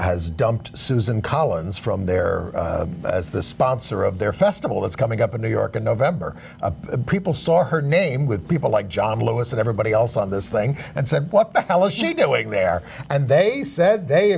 has dumped susan collins from there as the sponsor of their festival that's coming up in new york in november people saw her name with people like john lewis and everybody else on this thing and said what the hell is she doing there and they said they